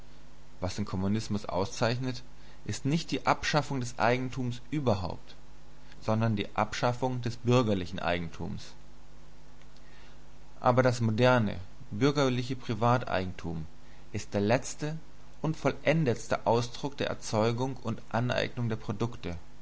was den kommunismus auszeichnet ist nicht die abschaffung des eigentums überhaupt sondern die abschaffung des bürgerlichen eigentums aber das moderne bürgerliche privateigentum ist der letzte und vollendetste ausdruck der erzeugung und aneignung der produkte